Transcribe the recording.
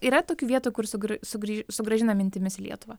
yra tokių vietų kur su sugrį sugrąžina mintimis į lietuvą